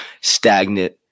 stagnant